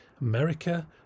America